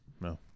No